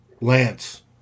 Lance